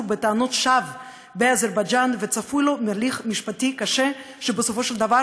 בטענות שווא באזרבייג'ן וצפוי לו הליך משפטי קשה שבסופו של דבר,